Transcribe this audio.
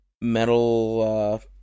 metal